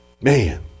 Man